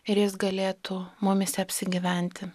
ir jis galėtų mumyse apsigyventi